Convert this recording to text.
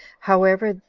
however,